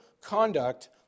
conduct